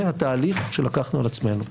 זה התהליך שלקחנו על עצמנו.